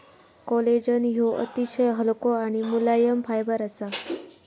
collagen ह्यो अतिशय हलको आणि मुलायम फायबर असा